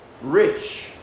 rich